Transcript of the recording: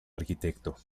arquitecto